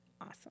Awesome